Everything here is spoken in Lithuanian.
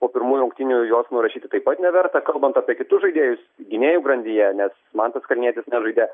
po pirmų rungtynių juos nurašyti taip pat neverta kalbant apie kitus žaidėjus gynėjų grandyje nes mantas kalnietis nežaidė